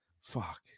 fuck